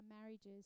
marriages